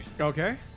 Okay